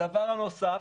הדבר הנוסף,